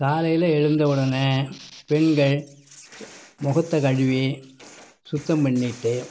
காலையில் எழந்த உடனே பெண்கள் முகத்தை கழுவி சுத்தம் பண்ணிவிட்டு